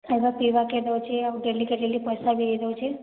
ସବୁ ପିଇବାକେ ଦେଉଛି ଆଉ ଡେଲି କା ଡେଲି ପଇସା ବି ଦେଉଛି